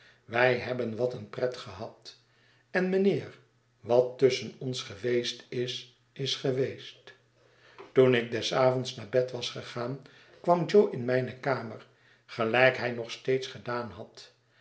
wij hebben wat een pret gehad en mijnheer wat tusschen ons geweest is is geweest toen ik des avonds naar bed was gegaan kwam jo in mijne kamer gelijk hij nog steeds gedaan had